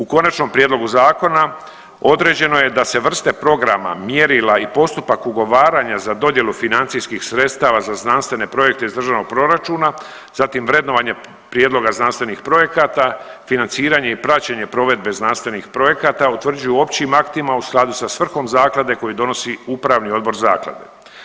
U konačnom prijedlogu zakona određeno je da se vrste programa, mjerila i postupak ugovaranja za dodjelu financijskih sredstava za znanstvene projekte iz državnog proračuna, zatim vrednovanje prijedloga znanstvenih projekata, financiranje i praćenje provedbe znanstvenih projekta utvrđuju općim aktima u skladu sa svrhom zaklade koju donosi upravni odbor zaklade.